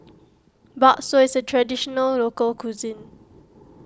Bakso is a Traditional Local Cuisine